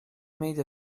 made